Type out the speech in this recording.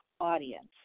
audience